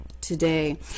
today